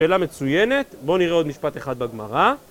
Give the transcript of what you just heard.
שאלה מצוינת, בואו נראה עוד משפט אחד בגמרא...